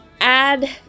add